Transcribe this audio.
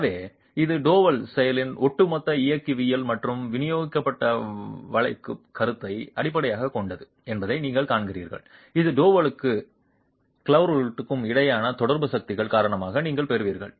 எனவே இது டோவல் செயலின் ஒட்டுமொத்த இயக்கவியல் மற்றும் விநியோகிக்கப்பட்ட வளைக்கும் தருணத்தை அடிப்படையாகக் கொண்டது என்பதை நீங்கள் காண்கிறீர்கள் இது டோவலுக்கும் கிரௌட்டுக்கும் இடையிலான தொடர்பு சக்திகள் காரணமாக நீங்கள் பெறுவீர்கள்